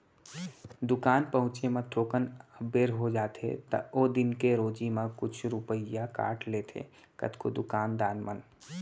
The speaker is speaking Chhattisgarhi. दुकान पहुँचे म थोकन अबेर हो जाथे त ओ दिन के रोजी म कुछ रूपिया काट लेथें कतको दुकान दान मन ह